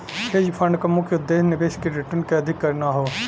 hedge fund क मुख्य उद्देश्य निवेश के रिटर्न के अधिक करना हौ